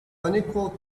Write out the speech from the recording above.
unequal